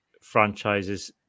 franchises